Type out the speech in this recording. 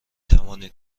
توانید